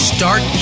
Start